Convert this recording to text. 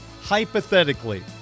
Hypothetically